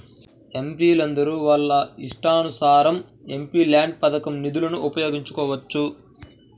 ఎంపీలందరూ వాళ్ళ ఇష్టానుసారం ఎంపీల్యాడ్స్ పథకం నిధులను ఉపయోగించుకోవచ్చు